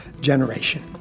generation